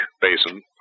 basin